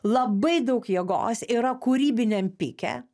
labai daug jėgos yra kūrybiniam pike